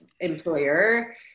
employer